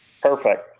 Perfect